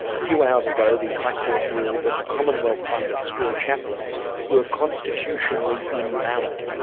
a few hours ago the high court ruled that the commonwealth funded school chaplains were constitutionally invalid.